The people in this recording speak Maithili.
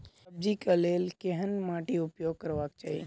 सब्जी कऽ लेल केहन माटि उपयोग करबाक चाहि?